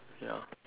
ya